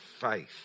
faith